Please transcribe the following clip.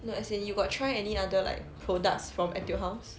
no as in you got try any other like products from Etude House